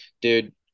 dude